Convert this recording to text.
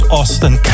Austin